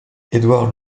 edward